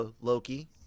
Loki